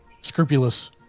scrupulous